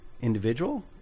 individual